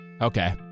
Okay